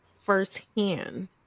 firsthand